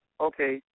okay